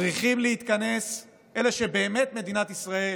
צריכים להתכנס אלה שבאמת מדינת ישראל